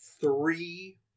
three